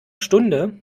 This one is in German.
stunde